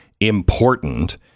important